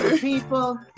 people